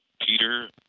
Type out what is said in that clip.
Peter